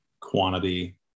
quantity